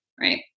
right